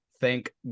thank